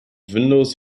windows